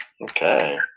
Okay